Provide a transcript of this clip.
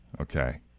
Okay